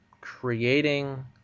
creating